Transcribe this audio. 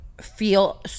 Feel